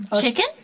Chicken